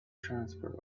transfer